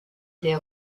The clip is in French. des